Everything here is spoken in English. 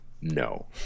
No